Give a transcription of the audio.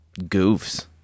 goofs